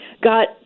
got